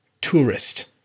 tourist